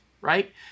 right